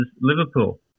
Liverpool